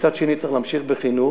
מצד שני, צריך להמשיך בחינוך,